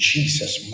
Jesus